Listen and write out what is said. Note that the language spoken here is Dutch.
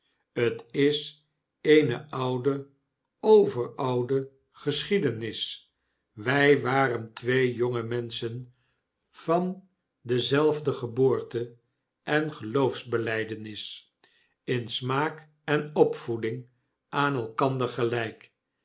t is eene oude overoude geschiedenis wjj waren twee jonge menschen van dezelfde geboorte en geloofsbelijdenis in smaak en opvoeding aan elkander gelp